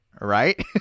Right